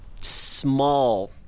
small